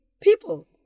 people